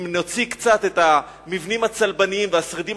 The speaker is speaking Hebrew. אם נוציא קצת את המבנים הצלבניים והשרידים